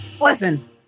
Listen